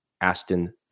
Aston